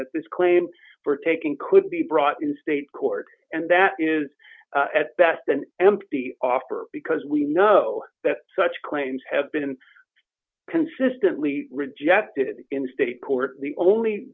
that this claim for taking could be brought in state court and that is at best an empty offer because we know that such claims have been consistently rejected in state court the only